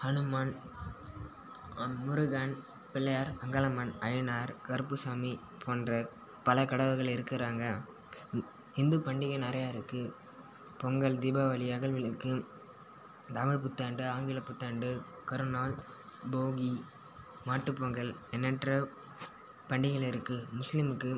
ஹனுமான் முருகன் பிள்ளையார் அங்காளம்மன் அய்யனார் கருப்பு சாமி போன்ற பல கடவுள்கள் இருக்கிறாங்க இந்து பண்டிகை நிறையா இருக்கு பொங்கல் தீபாவளி அகல் விளக்கு தமிழ் புத்தாண்டு ஆங்கில புத்தாண்டு கருநாள் போகி மாட்டுப் பொங்கல் எண்ணற்ற பண்டிகைகள் இருக்கு முஸ்லீமுக்கு